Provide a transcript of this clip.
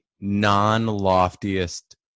non-loftiest